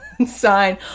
sign